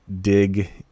dig